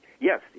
Yes